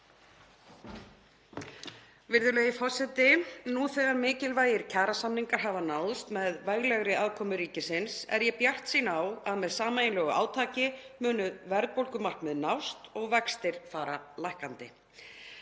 Virðulegi forseti. Nú þegar mikilvægir kjarasamningar hafa náðst með veglegri aðkomu ríkisins er ég bjartsýn á að með sameiginlegu átaki muni verðbólgumarkmið nást og vextir fara lækkandi.